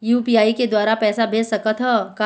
UPI के द्वारा पैसा भेज सकत ह का?